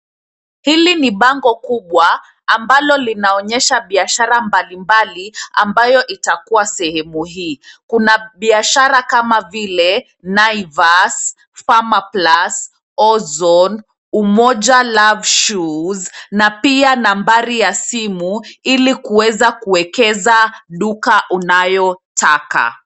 Hili ni bango kubwa ambalo linaonyesha biashara mbalimbali ambayo itakuwa sehemu hii. Kuna biashara kama vile cs[Naivas]cs, cs[Pharmaplus]cs, cs[Ozone]cs, cs[Umoja Love Shoes]cs na pia nambari ya simu ili kuweza kuwekeza duka unayotaka.